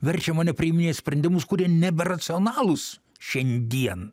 verčia mane priiminėt sprendimus kurie nebe racionalūs šiandien